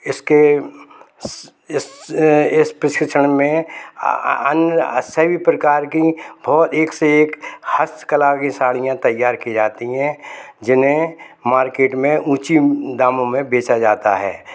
इसके इस अ इस प्रशिक्षण में अन्य सभी प्रकार की बहुत एक से एक हस्तकला की साड़ियाँ तैयार की जाती है जिन्हें मार्केट में ऊंची दामों में बेचा जाता है